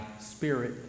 spirit